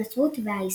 הנצרות והאסלאם.